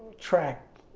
track,